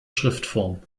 schriftform